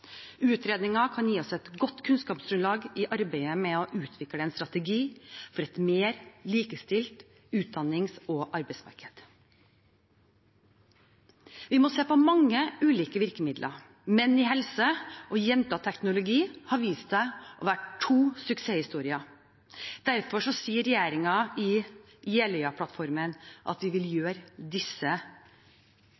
kan gi oss et godt kunnskapsgrunnlag i arbeidet med å utvikle en strategi for et mer likestilt utdannings- og arbeidsmarked. Vi må se på mange ulike virkemidler. Menn i helse og Jenter og teknologi har vist seg å være to suksesshistorier. Derfor sier regjeringen i Jeløya-plattformen at vi vil